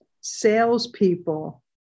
salespeople